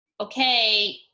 okay